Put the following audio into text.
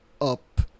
up